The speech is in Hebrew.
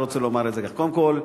אני רוצה לומר כך: קודם כול,